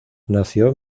nació